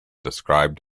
described